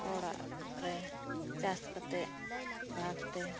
ᱦᱚᱲᱟᱜ ᱨᱮ ᱪᱟᱥ ᱠᱟᱛᱮᱫ ᱵᱷᱟᱜᱽ ᱛᱮ